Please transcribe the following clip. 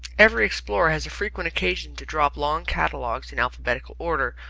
every explorer has frequent occasion to draw up long catalogues in alphabetical order,